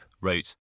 wrote